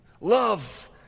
love